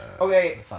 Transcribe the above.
Okay